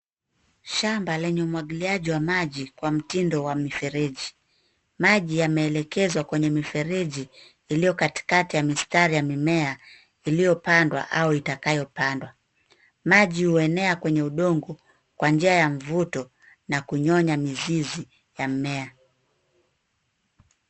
Shamba lenye umwagiliaji wa maji kwa mtindo wa mifereji. Maji yameelekezwa kwenye mifereji iliyo katikati ya mistari ya mimea iliyopandwa au itakayopandwa. Maji huenea kwenye udongo kwa njia ya mvuto na kunyonya mzizi ya mmea.